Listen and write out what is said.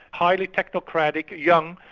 highly technocratic, young,